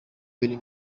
biri